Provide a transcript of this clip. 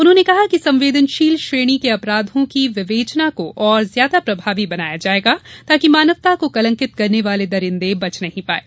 उन्होंने कहा कि संवेदनशील श्रेणी के अपराधों की विवेचना को और ज्यादा प्रभावी बनाया जायेगा ताकि मानवता को कलंकित करने वाले दरिंदे बच नहीं पायें